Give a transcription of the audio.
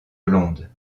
blonde